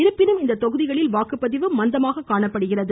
இருப்பினும் இந்த தொகுதிகளில் வாக்குப்பதிவு மந்தமாக காணப்படுகிறது